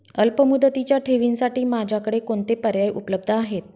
अल्पमुदतीच्या ठेवींसाठी माझ्याकडे कोणते पर्याय उपलब्ध आहेत?